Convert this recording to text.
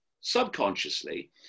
Subconsciously